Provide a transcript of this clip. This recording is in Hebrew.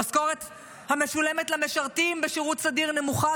המשכורת המשולמת למשרתים בשירות סדיר נמוכה,